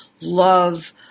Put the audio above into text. love